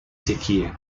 sequía